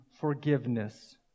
forgiveness